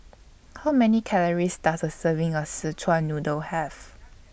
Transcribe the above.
How Many Calories Does A Serving of Szechuan Noodle Have